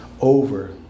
over